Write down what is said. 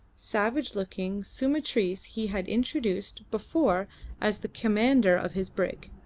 savage-looking sumatrese he had introduced before as the commander of his brig.